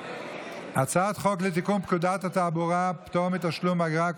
הצעת חוק לתיקון פקודת התעבורה (פטור מתשלום אגרה).